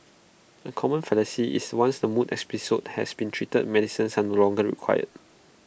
A common fallacy is once the mood episodes has been treated medicines are no longer required